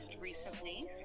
recently